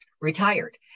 retired